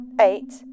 eight